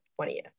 20th